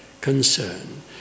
concern